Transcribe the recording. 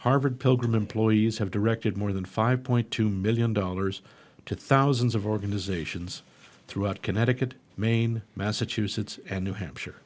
harvard pilgrim employees have directed more than five point two million dollars to thousands of organizations throughout connecticut maine massachusetts and new hampshire